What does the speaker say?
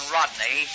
Rodney